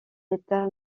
état